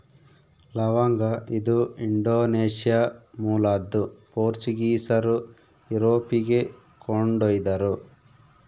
ಲವಂಗ ಇದು ಇಂಡೋನೇಷ್ಯಾ ಮೂಲದ್ದು ಪೋರ್ಚುಗೀಸರು ಯುರೋಪಿಗೆ ಕೊಂಡೊಯ್ದರು